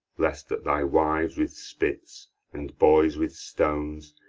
lest that thy wives with spits and boys with stones,